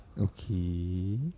Okay